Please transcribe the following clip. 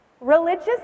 Religious